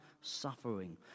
suffering